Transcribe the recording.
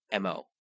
MO